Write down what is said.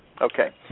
Okay